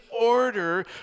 order